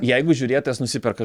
jeigu žiūrėtojas nusiperka